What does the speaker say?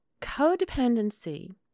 codependency